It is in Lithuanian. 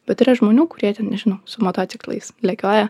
bet yra žmonių kurie ten nežinau su motociklais lekioja